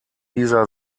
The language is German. dieser